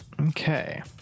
Okay